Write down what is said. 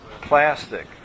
plastic